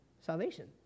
salvation